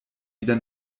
wieder